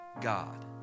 God